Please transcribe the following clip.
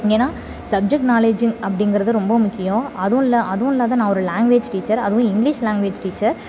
ஏனால் subject knowledge அப்படிங்கிறது ரொம்ப முக்கியம் அதுவுமில்ல அதுவுமில்லாத நான் ஒரு லாங்குவேஜ் டீச்சர் அதுவும் இங்கிலிஷ் லாங்குவேஜ் டீச்சர்